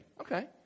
Okay